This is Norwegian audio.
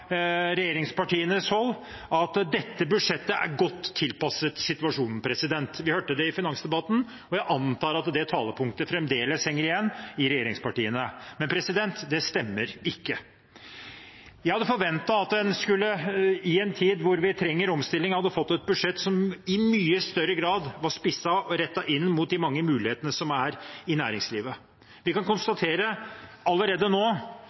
hold at dette budsjettet er godt tilpasset situasjonen. Vi hørte det i finansdebatten, og jeg antar at det talepunktet fremdeles henger igjen i regjeringspartiene. Men det stemmer ikke. Jeg hadde forventet at vi i en tid da vi trenger omstilling, hadde fått et budsjett som i mye større grad var spisset og rettet inn mot de mange mulighetene i næringslivet. Vi kan konstatere allerede nå